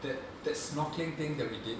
that that snorkelling thing that we did